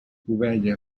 ovella